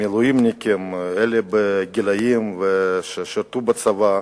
המילואימניקים ששירתו בצבא,